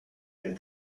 and